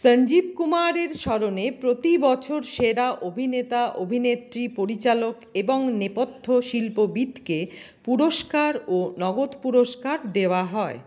সঞ্জীব কুমারের স্মরণে প্রতি বছর সেরা অভিনেতা অভিনেত্রী পরিচালক এবং নেপথ্য শিল্পবিদকে পুরস্কার ও নগদ পুরস্কার দেওয়া হয়